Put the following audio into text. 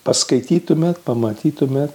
paskaitytumėt pamatytumėt